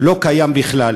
לא קיים בכלל.